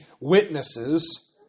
witnesses